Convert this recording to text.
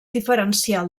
diferencial